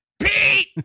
Pete